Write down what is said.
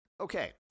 Okay